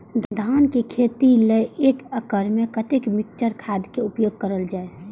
धान के खेती लय एक एकड़ में कते मिक्चर खाद के उपयोग करल जाय?